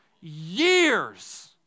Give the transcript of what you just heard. years